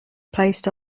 placed